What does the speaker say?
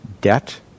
debt